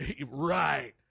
right